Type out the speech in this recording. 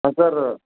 ହଁ ସାର୍